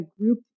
group